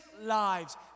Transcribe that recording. lives